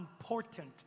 important